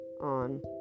on